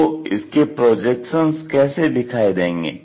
तो इसके प्रोजेक्शन्स कैसे दिखाई देंगे